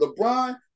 LeBron